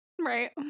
Right